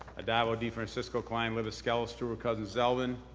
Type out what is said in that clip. addabbo, defrancisco, klein, libous, skelos, stewart-cousins, zeldin.